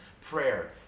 prayer